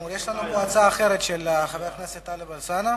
יש לנו פה הצעה אחרת, של חבר הכנסת טלב אלסאנע.